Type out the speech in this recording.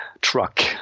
truck